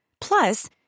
Plus